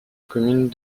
commune